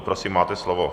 Prosím, máte slovo.